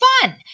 fun